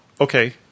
okay